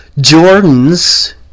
Jordan's